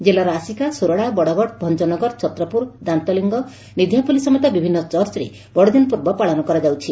ଜିଲ୍ଲାର ଆସିକା ସୋରଡ଼ା ବଡ଼ଗଡ଼ ଭଞ୍ଞନଗର ଛତ୍ରପୁର ଦାନ୍ତଲିଙ୍ଗ ନିଧିଆପଲ୍ଲୀ ସମେତ ବିଭିନ୍ନ ଚର୍ଚ୍ଚରେ ବଡ଼ଦିନ ପର୍ବ ପାଳନ କରାଯାଉଛି